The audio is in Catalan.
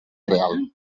real